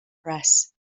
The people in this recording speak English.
press